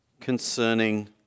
concerning